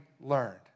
learned